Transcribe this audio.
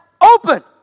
open